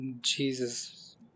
Jesus